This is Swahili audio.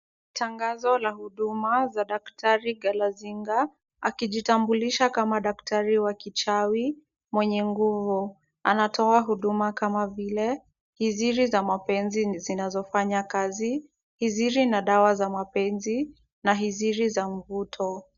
Tangazo la huduma za daktari Galazinga, akijitambulisha kama daktari wa kichawi mwenye nguvu. Anatoa huduma kama vile hizili za mapenzi zinazofanya kazi, hizili na dawa ya mapenzi na hizili za mvuto.